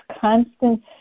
constant